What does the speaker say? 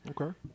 okay